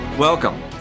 Welcome